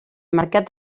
mercat